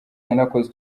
yanakoze